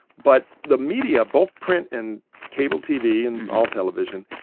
but the media, both print and cable tv and all television,